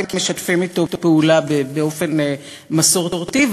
הכנסת משתפים אתו פעולה באופן מסורתי.